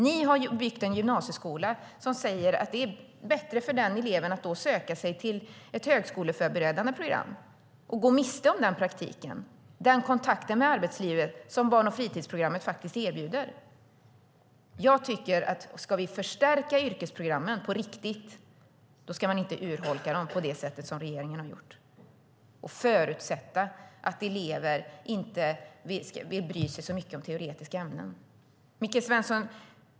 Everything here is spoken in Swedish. Ni har byggt en gymnasieskola som säger att det är bättre för den eleven att söka sig till ett högskoleförberedande program och gå miste om den praktik och den kontakt med arbetslivet som barn och fritidsprogrammet erbjuder. Om vi ska förstärka yrkesprogrammen på riktigt ska man inte urholka dem på det sätt som regeringen har gjort och förutsätta att elever inte bryr sig så mycket om teoretiska ämnen.